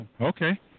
Okay